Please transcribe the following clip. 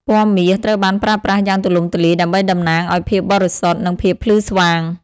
ពណ៌មាស ត្រូវបានប្រើប្រាស់យ៉ាងទូលំទូលាយដើម្បីតំណាងឱ្យភាពបរិសុទ្ធ និងភាពភ្លឺស្វាង។